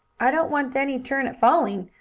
i don't want any turn at falling,